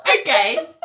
Okay